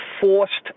forced